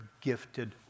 gifted